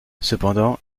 cependant